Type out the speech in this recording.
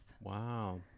Wow